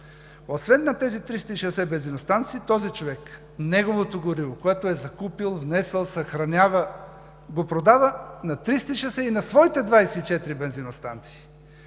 Освен на тези 360 бензиностанции този човек,, неговото гориво, което е закупил, внесъл, съхранява, продава го на 360 и на своите 24 бензиностанции.